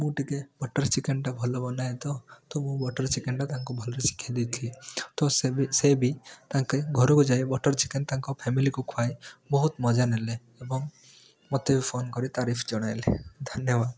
ମୁଁ ଟିକିଏ ବଟର୍ ଚିକେନ୍ଟା ଭଲ ବନାଏ ତ ତ ମୁଁ ବଟର୍ ଚିକେନ୍ ତାଙ୍କୁ ଭଲରେ ଶିଖେଇ ଦେଇଥିଲି ତ ସେ ବି ସେ ବି ତାଙ୍କେ ଘରକୁ ଯାଇ ବଟର୍ ଚିକେନ୍ ତାଙ୍କ ଫ୍ୟାମିଲିକୁ ଖୁଆଇ ବହୁତ ମଜା ନେଲେ ଏବଂ ମୋତେ ବି ଫୋନ୍ କରି ତାରିଫ ଜଣାଇଲେ ଧନ୍ୟବାଦ